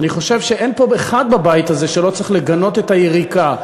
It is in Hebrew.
אני חושב שאין פה אחד בבית הזה שלא צריך לגנות את היריקה.